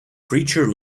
preacher